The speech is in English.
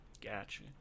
gotcha